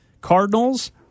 Cardinals